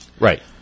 Right